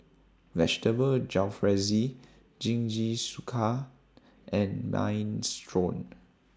Vegetable Jalfrezi Jingisukan and Minestrone